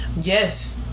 Yes